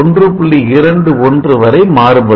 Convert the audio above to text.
21 வரை மாறுபடும்